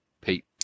Pete